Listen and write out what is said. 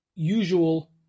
usual